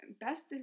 best